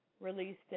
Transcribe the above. released